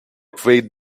pouvait